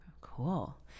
Cool